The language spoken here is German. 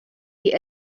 die